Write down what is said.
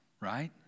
right